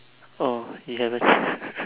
oh you haven't